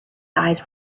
eyes